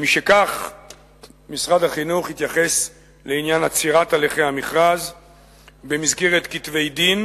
משכך משרד החינוך התייחס לעניין עצירת הליכי המכרז במסגרת כתבי דין,